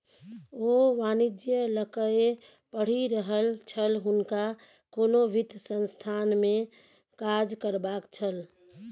ओ वाणिज्य लकए पढ़ि रहल छल हुनका कोनो वित्त संस्थानमे काज करबाक छल